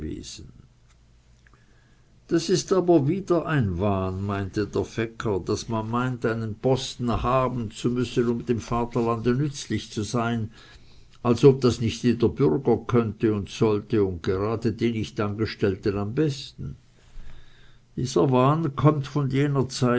das ist aber wieder ein wahn meinte der fecker daß man meint einen posten haben zu müssen um dem vaterlande nützlich zu sein als ob das nicht jeder bürger könnte und sollte und gerade die nicht angestellten am besten dieser wahn kömmt von jener zeit